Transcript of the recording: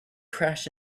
crashed